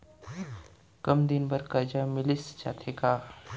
कम दिन बर करजा मिलिस जाथे का?